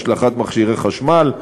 השלכת מכשירי חשמל,